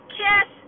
kiss